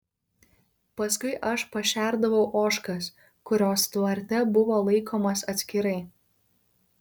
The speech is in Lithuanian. paskui aš pašerdavau ožkas kurios tvarte buvo laikomos atskirai